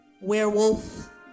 werewolf